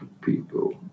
people